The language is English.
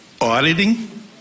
auditing